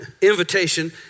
invitation